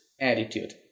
attitude